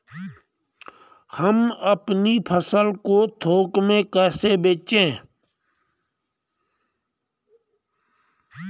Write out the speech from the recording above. हम अपनी फसल को थोक में कैसे बेचें?